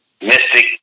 mystic